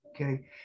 okay